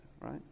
right